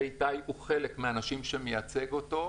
ואיתי הוא חלק מהאנשים שמייצגים אותו.